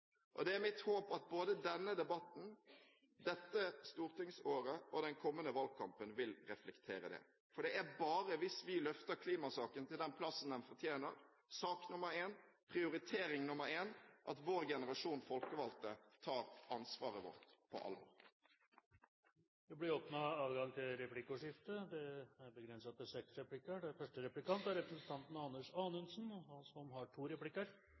spørsmål. Det er mitt håp at både denne debatten, dette stortingsåret og den kommende valgkampen vil reflektere det. For det er bare hvis vi løfter klimasaken til den plassen den fortjener – sak nummer én, prioritering nummer én – at vår generasjon folkevalgte tar ansvaret vårt på alvor. Det blir replikkordskifte. Jeg synes det er interessant at representanten